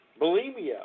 bulimia